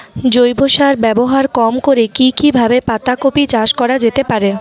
জৈব সার ব্যবহার কম করে কি কিভাবে পাতা কপি চাষ করা যেতে পারে?